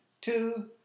Two